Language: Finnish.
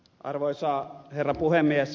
arvoisa herra puhemies